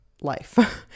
life